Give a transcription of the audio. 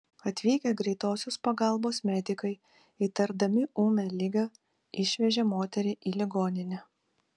atvykę greitosios pagalbos medikai įtardami ūmią ligą išvežė moterį į ligoninę